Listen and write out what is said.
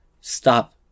Stop